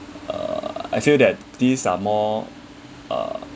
uh I feel that these are more uh